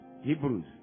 Hebrews